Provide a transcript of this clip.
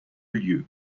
lieu